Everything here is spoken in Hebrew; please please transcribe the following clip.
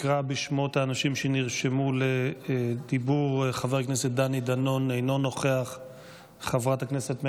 אקרא בשמות האנשים שנרשמו לדיבור: חבר הכנסת דני דנון,